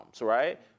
right